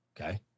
okay